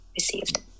received